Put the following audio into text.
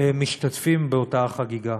משתתפים באותה חגיגה.